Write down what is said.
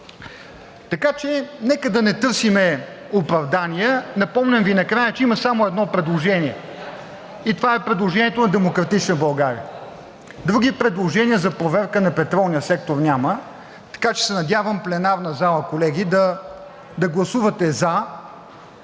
подход. Нека да не търсим оправдания и накрая Ви напомням, че има само едно предложение и това е предложението на „Демократична България“ други предложения за проверка на петролния сектор няма. Надявам се, в пленарната зала, колеги, да гласувате за